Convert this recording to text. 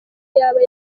yaba